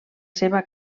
seva